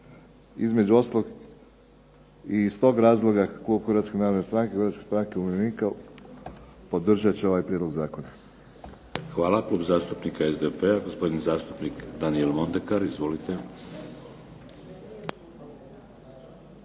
između ostalog i iz tog razloga klub Hrvatske narodne stranke, Hrvatske stranke umirovljenika podržat će ovaj prijedlog zakona. **Šeks, Vladimir (HDZ)** Hvala. Klub zastupnika SDP-a, gospodin zastupnik Daniel Mondekar.